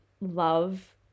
love